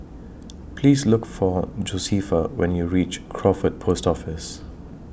Please Look For Josefa when YOU REACH Crawford Post Office